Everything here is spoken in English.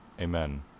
amen